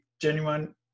genuine